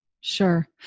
Sure